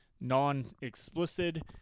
non-explicit